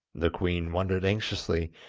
the queen wondered anxiously,